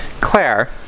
Claire